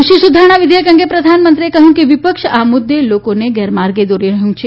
કૃષિ સુધારણા વિઘેયક અંગે પ્રધાનમંત્રીએ કહ્યું કે વિપક્ષ આ મુદ્દે લોકોને ગેરમાર્ગે દોરી રહ્યું છે